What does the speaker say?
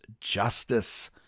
justice